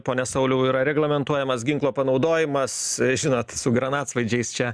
pone sauliau yra reglamentuojamas ginklo panaudojimas žinot su granatsvaidžiais čia